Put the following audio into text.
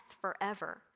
forever